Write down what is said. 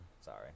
Sorry